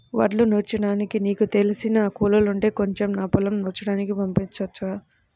వడ్లు నూర్చడానికి నీకు తెలిసిన కూలోల్లుంటే కొంచెం నా పొలం నూర్చడానికి చెప్పొచ్చుగా